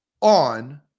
on